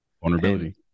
Vulnerability